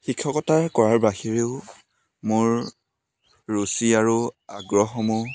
শিক্ষকতা কৰাৰ বাহিৰেও মোৰ ৰুচি আৰু আগ্ৰহসমূহ